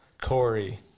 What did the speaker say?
Corey